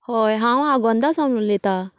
हय हांव आगोंदा सावन उलयतां